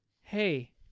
hey